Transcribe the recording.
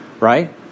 right